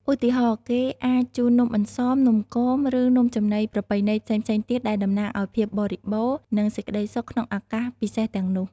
ឧទាហរណ៍ គេអាចជូននំអន្សម នំគម ឬនំចំណីប្រពៃណីផ្សេងៗទៀត ដែលតំណាងឲ្យភាពបរិបូរណ៍ និងសេចក្តីសុខក្នុងឱកាសពិសេសទាំងនោះ។